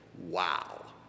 Wow